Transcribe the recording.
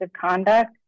conduct